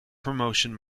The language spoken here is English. promotion